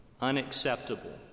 unacceptable